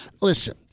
listen